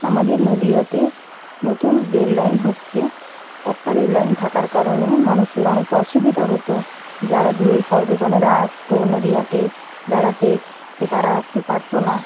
আমাদের নদীয়াতে নতুন রেল লাইন হচ্ছে একটা রেল লাইন থাকার কারণে মানুষের অনেক অসুবিধা হতো যারা দূরের পর্যটনেরা আসতো নদীয়াতে বেড়াতে তো তারা আসতে পারতো না